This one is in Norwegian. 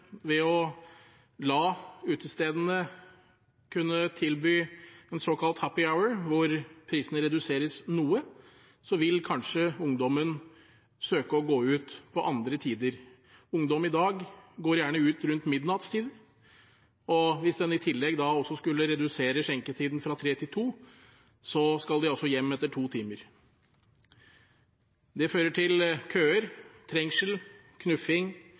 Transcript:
ved å la utestedene kunne tilby en såkalt «happy hour», hvor prisene reduseres noe, vil kanskje ungdommen søke å gå ut til andre tider. Ungdom i dag går gjerne ut rundt midnatt, og hvis en i tillegg skulle redusert skjenketiden fra kl. 03 til kl. 02, skal de hjem etter to timer. Det fører til køer, trengsel, knuffing,